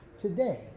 today